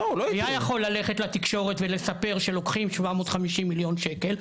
היה יכול ללכת לתקשורת ולספר שלוקחים 750 מיליון שקל,